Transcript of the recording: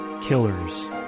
killers